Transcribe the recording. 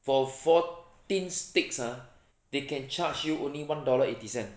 for fourteen sticks ha they can charge you only one dollar eighty cents